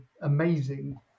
amazing